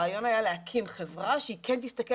הרעיון היה להקים חברה שהיא כן תסתכל